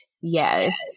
Yes